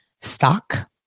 stock